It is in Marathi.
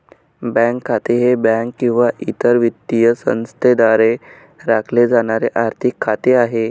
बँक खाते हे बँक किंवा इतर वित्तीय संस्थेद्वारे राखले जाणारे आर्थिक खाते आहे